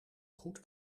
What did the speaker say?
goed